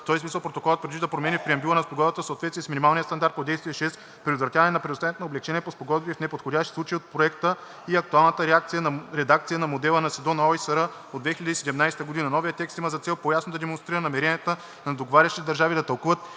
този смисъл Протоколът предвижда промени на преамбюла на Спогодбата в съответствие с минималния стандарт по Действие 6 „Предотвратяване на предоставянето на облекчения по спогодбите в неподходящи случаи“ от Проекта и актуалната редакция на Модела на СИДДО на ОИСР от 2017 г. Новият текст има за цел ясно да демонстрира намеренията на договарящите държави да тълкуват